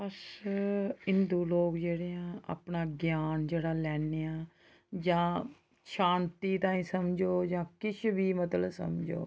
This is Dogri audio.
अस हिंदू लोग जेह्ड़े आं अपना ज्ञान जेह्ड़ा लैन्ने आं जां शांति ताईं समझो जां किश बी मतलब समझो